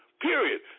period